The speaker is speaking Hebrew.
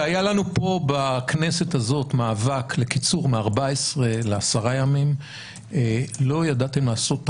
כשהיה לנו פה בכנסת הזאת מאבק לקיצור מ-14 לעשרה ימים לא ידעתם לעשות את